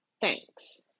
Thanks